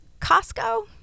costco